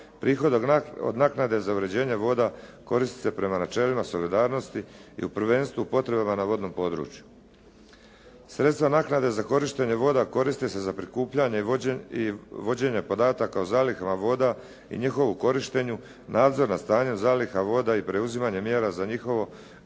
Prihod od naknade za uređenje voda koristi se prema načelima solidarnosti i u prvenstvu na potrebama na vodnom području. Sredstva naknade za korištenje voda, koriste se za prikupljanje i vođenja podataka o zalihama voda i njihovu korištenju, nadzor nad stanjem zaliha voda i preuzimanja mjera za njihovo